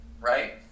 right